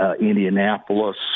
Indianapolis –